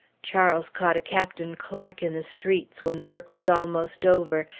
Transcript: charles caught a captain clark in the streets, when the work was almost over,